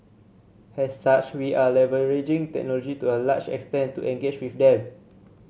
as such we are leveraging technology to a large extent to engage with them